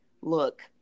look